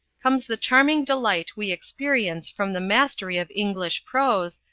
comes the charming delight we experience from the mastery of english prose,